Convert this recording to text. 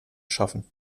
schaffen